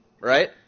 right